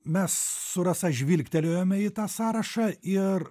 mes su rasa žvilgtelėjome į tą sąrašą ir